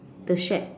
the shed